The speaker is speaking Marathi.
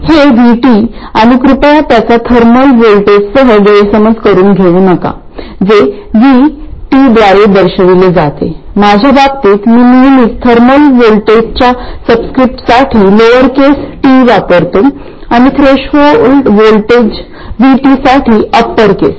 हे V T आणि कृपया त्याचा थर्मल व्होल्टेजसह गैरसमज करून घेऊ नका जे V t द्वारे दर्शविले जाते माझ्या बाबतीत मी नेहमीच थर्मल व्होल्टेजच्या सबस्क्रिप्टसाठी लोअरकेस t वापरतो आणि थ्रेशोल्ड व्होल्टेज V T साठी अपरकेस